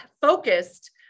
focused